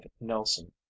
nelson